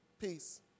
peace